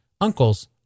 uncles